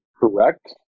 correct